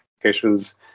applications